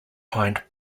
find